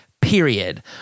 period